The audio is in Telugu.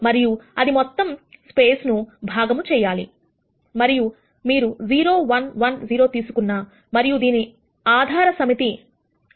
మరియు అది మొత్తం స్పేస్ ను భాగము చేయాలి మరియు మీరు 0 1 1 0 తీసుకున్నా మరియు దీనిని ఆధార సమితి అని పిలవండి